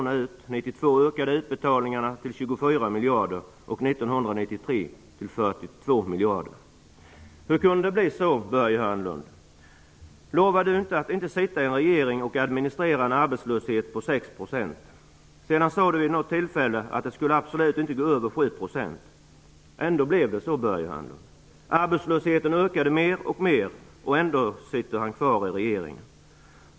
År 1992 ökade utbetalningarna till 24 miljarder och 1993 till 42 miljarder. Hur kunde det bli så, Börje Hörnlund? Lovade Börje Hörnlund inte att inte sitta i en regering och administrera en arbetslöshet på 6 %? Sedan sade Börje Hörnlund vid ett tillfälle att arbetslösheten absolut inte skulle gå över 7 %. Ändå blev det så, Börje Hörnlund. Arbetslösheten ökar mer och mer, och ändå sitter Börje Hörnlund kvar i regeringen.